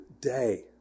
day